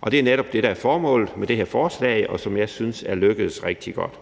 Og det er netop det, der er formålet med det her forslag, og som jeg synes er lykkedes rigtig godt.